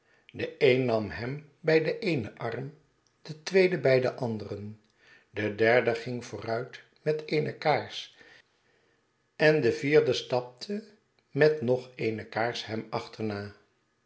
de een nam hem bij den eenen arm de tweede bij den anderen de derde ging vooruit met eene kaars en de vierde stapte met nog eene kaars hem achterna